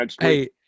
Hey